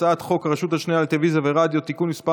הצעת חוק הרשות השנייה לטלוויזיה ורדיו (תיקון מס'